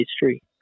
history